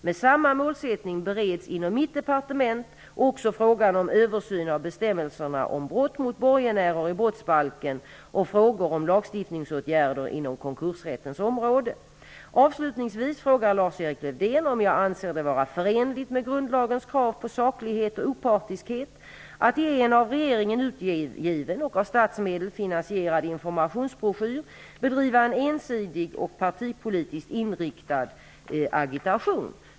Med samma målsättning bereds inom mitt departement också frågan om en översyn av bestämmelserna om brott mot borgenärer i brottsbalken och frågor om lagstiftningsåtgärder inom konkursrättens område. Avslutningsvis frågar Lars-Erik Lövdén om jag anser det vara förenligt med grundlagens krav på saklighet och opartiskhet att i en av regeringen utgiven och av statsmedel finansierad informationsbroschyr, bedriva en ensidig och partipolitiskt inriktad agitation.